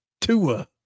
Tua